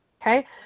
Okay